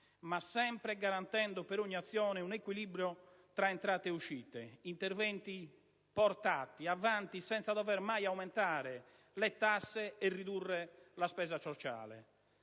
ma sempre garantendo per ogni azione un equilibrio tra entrate e uscite: interventi portati avanti senza dover mai aumentare le tasse e ridurre la spesa sociale.